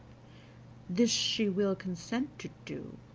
this she will consent to do,